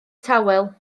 tawel